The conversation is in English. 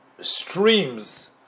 streams